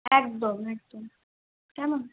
একদম একদম কেমন